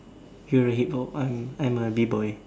you're a Hip-hop I'm I'm a B-boy